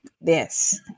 Yes